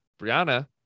Brianna